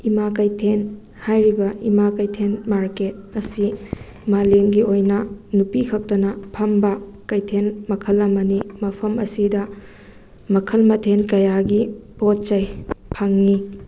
ꯏꯃꯥ ꯀꯩꯊꯦꯜ ꯍꯥꯏꯔꯤꯕ ꯏꯃꯥ ꯀꯩꯊꯦꯜ ꯃꯥꯔꯀꯦꯠ ꯑꯁꯤ ꯃꯂꯦꯝꯒꯤ ꯑꯣꯏꯅ ꯅꯨꯄꯤ ꯈꯛꯇꯅ ꯐꯝꯕ ꯀꯩꯊꯦꯜ ꯃꯈꯜ ꯑꯃꯅꯤ ꯃꯐꯝ ꯑꯁꯤꯗ ꯃꯈꯜ ꯃꯊꯦꯜ ꯀꯌꯥꯒꯤ ꯄꯣꯠꯆꯩ ꯐꯪꯏ